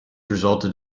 resulted